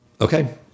Okay